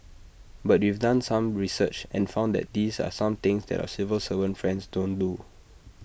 but we've done some research and found that these are some things that our civil servant friends don't do